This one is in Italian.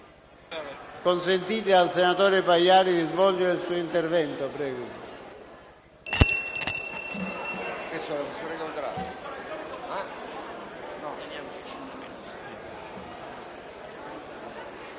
Consentite al senatore Pagliari di svolgere il suo intervento.